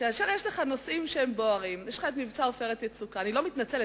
כאשר יש לך נושאים בוערים ויש לך מבצע "עופרת יצוקה" אני לא מתנצלת,